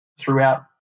Throughout